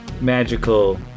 magical